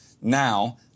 now